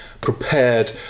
prepared